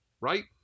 right